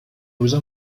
روزها